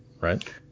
Right